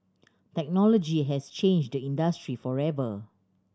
technology has changed the industry forever